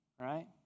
right